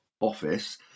office